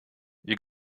you